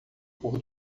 pôr